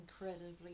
incredibly